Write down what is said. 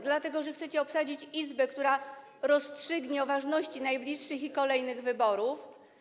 Dlatego że chcecie obsadzić izbę, która rozstrzygnie o ważności najbliższych i kolejnych wyborów.